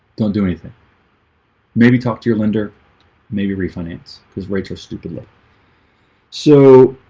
don't do anything maybe talk to your lender maybe refinance is right so stupidly so